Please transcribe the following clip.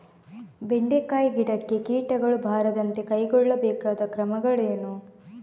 ಬೆಂಡೆಕಾಯಿ ಗಿಡಕ್ಕೆ ಕೀಟಗಳು ಬಾರದಂತೆ ಕೈಗೊಳ್ಳಬೇಕಾದ ಕ್ರಮಗಳೇನು?